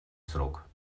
срок